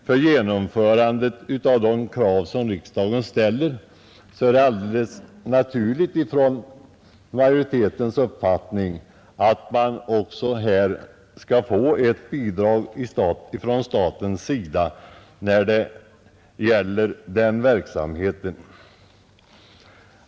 För genomförandet av de krav som riksdagen ställer är det enligt utskottsmajoritetens uppfattning alldeles naturligt med ett bidrag från staten för den verksamheten.